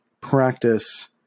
practice